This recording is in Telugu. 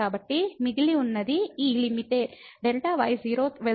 కాబట్టి మిగిలి ఉన్నది e లిమిటె Δy 0 వెళ్తుంది మరియు e x